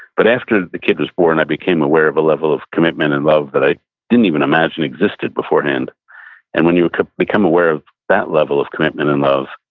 but after the kid was born, i became aware of a level of commitment and love that i didn't even imagine existed beforehand and when you become aware of that level of commitment and love,